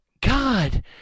God